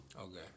Okay